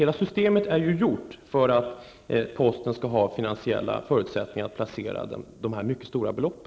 Hela systemet är gjort för att posten skall ha finansiella förutsättningar att placera dessa stora belopp.